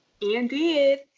Indeed